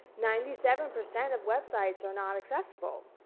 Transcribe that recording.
ninety seven percent of websites are not accessible.